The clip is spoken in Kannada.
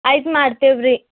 ಐಸ್ ಮಾಡ್ತೀವಿ ರೀ